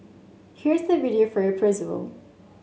here's the video for your